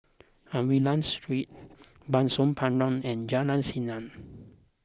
Aliwal Street Bah Soon Pah Road and Jalan Seni